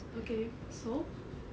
okay so